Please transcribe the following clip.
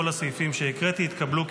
כל הסעיפים שהקראתי התקבלו.